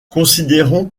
considérons